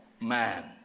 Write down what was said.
man